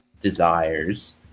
desires